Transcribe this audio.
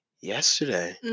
yesterday